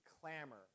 clamor